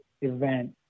event